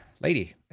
lady